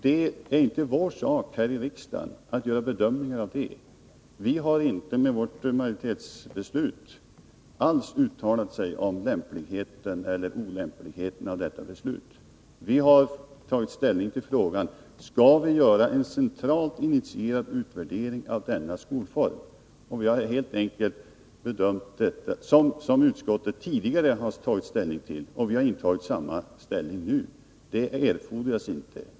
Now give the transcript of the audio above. Det är inte vår sak i riksdagen att bedöma riktigheten av beslutet att lägga ned Höglandsskolan. Med vårt majoritetsuttalande har vi inte sagt om detta är lämpligt eller olämpligt. Vi har tagit ställning till frågan: Skall vi göra en centralt initierad utvärdering av denna skolform? Vi har helt enkelt tagit samma ställning nu som tidigare.